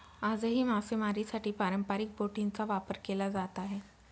आजही मासेमारीसाठी पारंपरिक बोटींचा वापर केला जात आहे